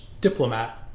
diplomat